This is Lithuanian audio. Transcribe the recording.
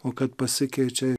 o kad pasikeičia